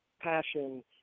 passion